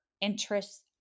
interests